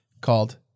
called